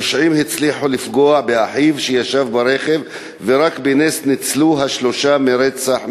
הפושעים הצליחו לפגוע באחיו שישב ברכב ורק בנס ניצלו השלושה מרצח משולש.